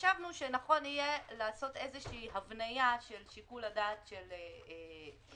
וחשבנו שנכון יהיה לעשות איזושהי הבניה של שיקול הדעת של הוועדה,